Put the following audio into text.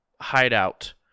hideout